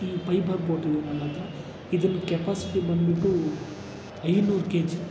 ಈ fibre boat ಇದೆ ನನ್ನ ಹತ್ರ ಇದರ ಕೆಪಾಸಿಟಿ ಬಂದುಬಿಟ್ಟು ಐನೂರು ಕೆಜಿ